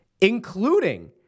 including